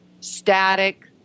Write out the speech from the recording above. static